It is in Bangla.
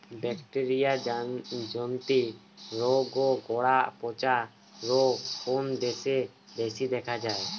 ব্যাকটেরিয়া জনিত রোগ ও গোড়া পচা রোগ কোন দেশে বেশি দেখা যায়?